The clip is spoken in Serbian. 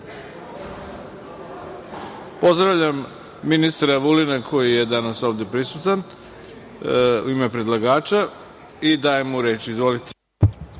ljudima. Pozdravljam ministra Vulina koji je danas ovde prisutan u ime predlagača i dajem mu reč. Izvolite.